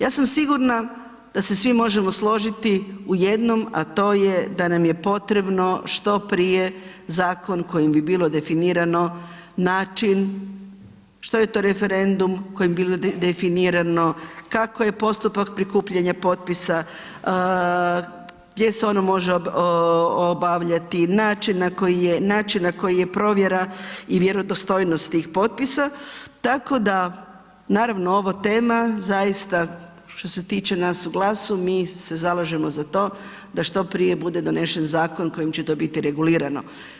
Ja sam sigurna da se svi možemo složiti u jednom a to je da nam je potrebno što prije zakon kojim bi bilo definirano način, što je referendum, kojim bi bilo definirano kako je postupak prikupljanja potpisa, gdje se ono može obavljati, način na koji je provjera i vjerodostojnost tih potpisa, tako da naravno ova tema zaista što se tiče nas u GLAS-u, mi se zalažemo za to da što prije bude donesen zakon kojim će to biti regulirano.